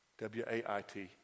W-A-I-T